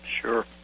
Sure